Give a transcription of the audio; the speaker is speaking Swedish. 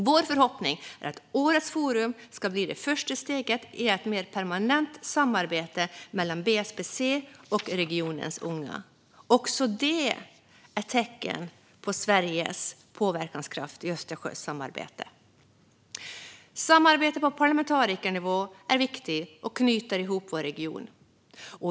Vår förhoppning är att årets forum ska bli det första steget i ett mer permanent samarbete mellan BSPC och regionens unga. Också detta är ett tecken på Sveriges påverkanskraft i Östersjösamarbetet. Samarbete på parlamentarikernivå är viktigt och knyter ihop vår region.